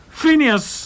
Phineas